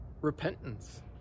repentance